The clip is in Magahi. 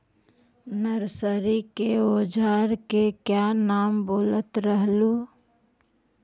नरसरी के ओजार के क्या नाम बोलत रहलू?